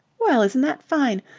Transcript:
well, isn't that fine!